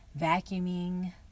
vacuuming